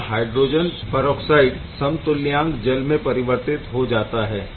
यहाँ hydrogen peroxide सम तुल्यांक जल में परिवर्तित हो जाता है